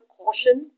caution